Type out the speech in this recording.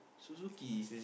Suzuki